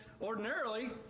ordinarily